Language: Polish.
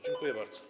Dziękuję bardzo.